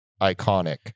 iconic